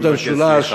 אני מבקש סליחה.